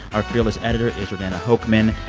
our fearless editor is jordana hochman.